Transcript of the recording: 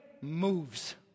moves